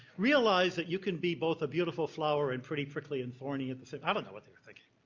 realize that you can be both a beautiful flower and pretty prickly and thorny at the same time i don't know what they were thinking.